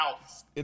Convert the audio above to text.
house